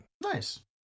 Nice